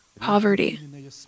poverty